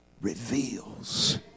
reveals